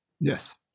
yes